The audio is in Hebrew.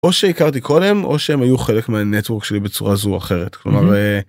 או שהכרתי קודם או שהם היו חלק מהנטוורק שלי בצורה זו או אחרת.כלומר..